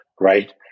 right